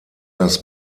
das